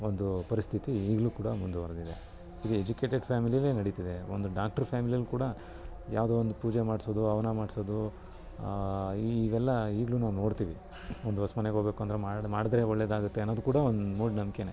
ಒಂದು ಪರಿಸ್ಥಿತಿ ಈಗ್ಲೂ ಕೂಡ ಮುಂದುವರೆದಿದೆ ಈಗ ಎಜುಕೇಟೆಡ್ ಫ್ಯಾಮಿಲಿಲೇ ನಡೀತಿದೆ ಒಂದು ಡಾಕ್ಟ್ರ್ ಫ್ಯಾಮಿಲಿಯಲ್ಲಿ ಕೂಡ ಯಾವುದೋ ಒಂದು ಪೂಜೆ ಮಾಡಿಸೋದು ಹವನ ಮಾಡಿಸೋದು ಇವೆಲ್ಲ ಈಗ್ಲೂ ನೋಡ್ತೀವಿ ಒಂದು ಹೊಸ ಮನೆಗೆ ಹೋಗಬೇಕು ಅಂದರೆ ಮಾಡಿ ಮಾಡಿದರೆ ಒಳ್ಳೆಯದಾಗುತ್ತೆ ಅನ್ನೋದೊಂದು ಕೂಡ ಮೂಢನಂಬ್ಕೇನೆ